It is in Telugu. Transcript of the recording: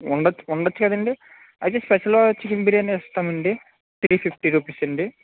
ఉండవచ్చు ఉండవచ్చు కదండీ అయితే స్పెషల్ చికెన్ బిర్యానీ ఇస్తాము అండి త్రీ ఫిఫ్టీ రూపీస్ అండి